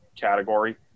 category